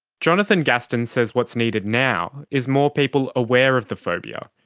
jonathan gaston says what's needed now is more people aware of the phobia,